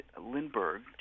Lindbergh